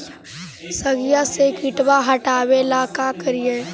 सगिया से किटवा हाटाबेला का कारिये?